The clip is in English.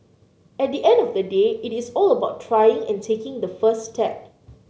at the end of the day it is all about trying and taking the first step